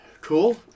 Cool